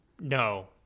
no